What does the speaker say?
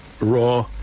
raw